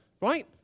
Right